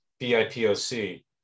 BIPOC